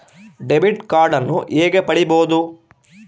Debit ಕಾರ್ಡನ್ನು ಹೇಗೆ ಪಡಿಬೋದು?